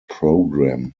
programme